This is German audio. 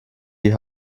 die